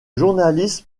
journaliste